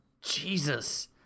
Jesus